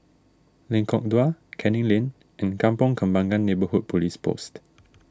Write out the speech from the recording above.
Lengkong Dua Canning Lane and Kampong Kembangan Neighbourhood Police Post